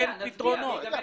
אין פתרונות.